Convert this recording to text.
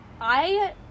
I-